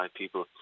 people